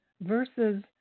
versus